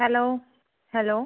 hello hello